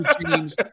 teams